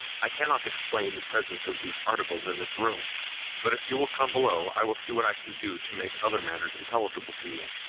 i cannot explain the presence of these articles in this room but if you will come below i will see what i can do to make other matters intelligible to you.